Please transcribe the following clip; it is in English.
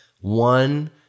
one